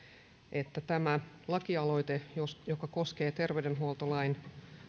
että tämä lakialoite joka koskee terveydenhuoltolain